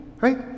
right